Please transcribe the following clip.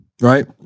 Right